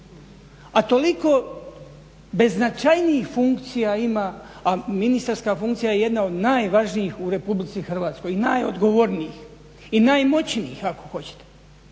a toliko beznačajnijih funkcija ima a ministarska funkcija je jedna od najvažnijih u Republici Hrvatskoj i najodgovornijih i najmoćnijih ako hoćete.